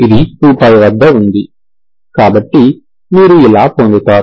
ఇది 2π వద్ద ఉంది కాబట్టి మీరు ఇలా పొందుతారు